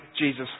Jesus